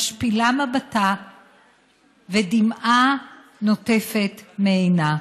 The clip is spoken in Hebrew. משפילה מבטה ודמעה נוטפת מעינה: